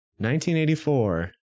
1984